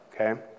okay